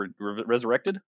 resurrected